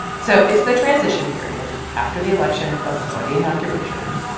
so it's the transition period after the election but before the inauguration.